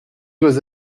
dois